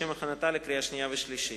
לשם הכנתה לקריאה שנייה ולקריאה שלישית.